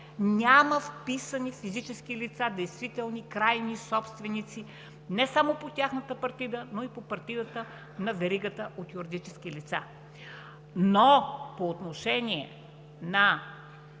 няма вписани физически лица – действителни, крайни собственици не само по тяхната партида, но и по партидата на веригата от юридически лица. Но по отношение на